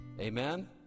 Amen